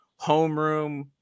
homeroom